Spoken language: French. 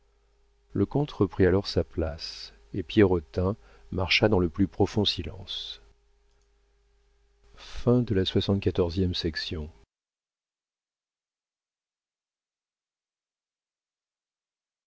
le comte reprit alors sa place et pierrotin marcha dans le plus profond silence